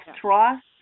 trust